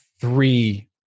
three